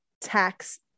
tax